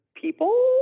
people